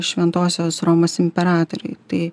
šventosios romos imperatoriui tai